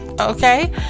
okay